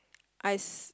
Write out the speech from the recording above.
I s~